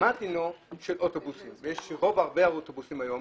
מה דינם של אוטובוסים והיום יש הרבה אוטובוסים כאלה,